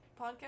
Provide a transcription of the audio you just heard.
podcast